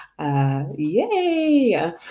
Yay